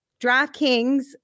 DraftKings